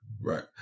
Right